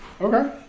Okay